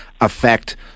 affect